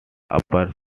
upper